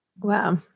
Wow